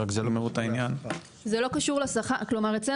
לסיכום, אנחנו